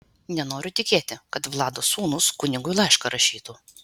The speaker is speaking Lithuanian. nenoriu tikėti kad vlado sūnūs kunigui laišką rašytų